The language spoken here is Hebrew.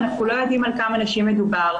שאנחנו לא יודעים על כמה נשים מדובר.